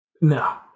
No